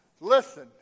Listen